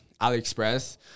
AliExpress